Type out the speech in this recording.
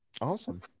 Awesome